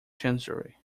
chancery